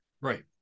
right